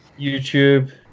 YouTube